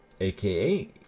aka